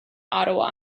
ottawa